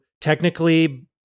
technically